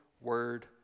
word